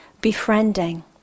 befriending